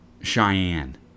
Cheyenne